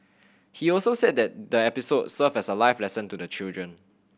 he also said that the episode served as a life lesson to the children